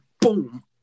boom